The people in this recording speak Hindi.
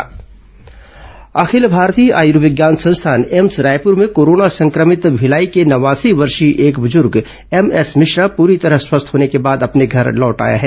एम्स उपलब्धि अखिल भारतीय आयुर्विज्ञान संस्थान एम्स रायपुर में कोरोना संक्रमित भिलाई के नवासी वर्षीय एक बुजुर्ग एमएस मिश्रा पूरी तरह स्वस्थ होने के बाद अपने घर लौट आया है